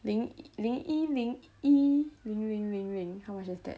零零一零一零零零零 how much was that